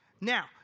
Now